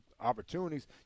opportunities